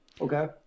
okay